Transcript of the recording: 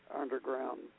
underground